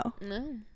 No